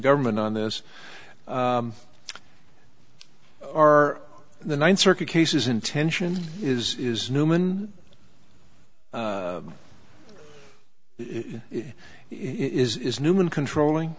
government on this are the ninth circuit cases intention is is newman is newman controlling